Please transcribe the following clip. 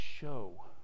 show